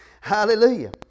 Hallelujah